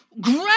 Great